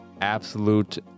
absolute